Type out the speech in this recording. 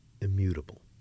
immutable